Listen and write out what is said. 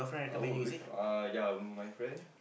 I work with uh yea my friend